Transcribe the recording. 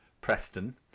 Preston